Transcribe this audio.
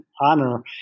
honor